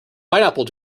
pineapple